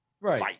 Right